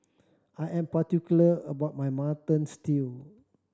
I am particular about my Mutton Stew